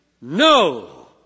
No